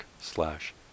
slash